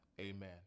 amen